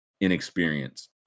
inexperienced